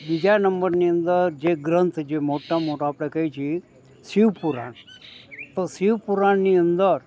બીજા નંબરની અંદર જે ગ્રંથ જે મોટા મોટા આપણે કહીએ છીએ શિવ પુરાણ તો શિવ પુરાણની અંદર